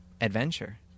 adventure